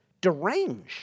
deranged